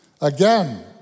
Again